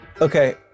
Okay